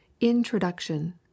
Introduction